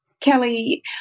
Kelly